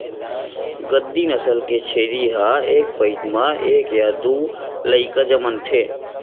गद्दी नसल के छेरी ह एक पइत म एक य दू लइका जनमथे